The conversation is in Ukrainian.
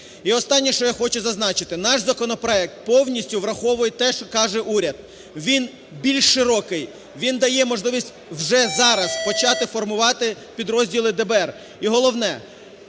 І останнє, що я хочу зазначити. Наш законопроект повністю враховує те, що каже уряд. Він більш широкий, він дає можливість вже зараз почати формувати підрозділи ДБР.